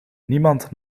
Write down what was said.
niemand